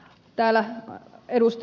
täällä ed